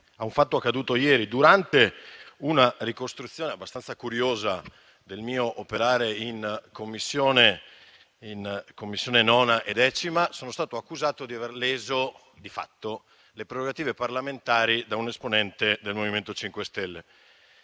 a un fatto accaduto ieri durante una ricostruzione abbastanza curiosa del mio operare nelle Commissioni riunite 9a e 10a, quando sono stato accusato di aver leso di fatto le prerogative parlamentari di un'esponente del MoVimento 5 Stelle.